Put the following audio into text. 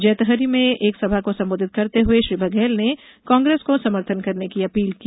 जैतहरी में एक सभा को संबोधित करते हुए श्री बघेल ने कांग्रेस को समर्थन करने की अपील की